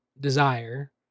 desire